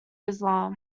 islam